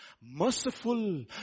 merciful